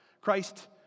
Christ